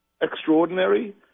extraordinary